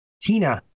Tina